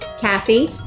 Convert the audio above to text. Kathy